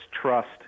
trust